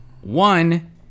One